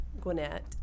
Gwinnett